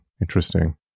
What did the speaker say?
Interesting